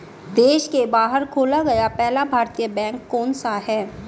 देश के बाहर खोला गया पहला भारतीय बैंक कौन सा था?